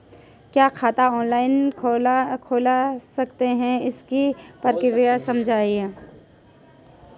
क्या खाता ऑनलाइन खोल सकते हैं इसकी प्रक्रिया समझाइए?